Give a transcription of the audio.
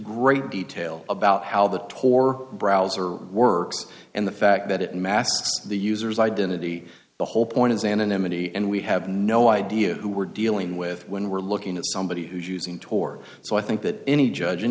great detail about how the tor browser works and the fact that it masks the user's identity the whole point is anonymity and we have no idea who we're dealing with when we're looking at somebody who's using tor so i think that any judg